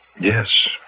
Yes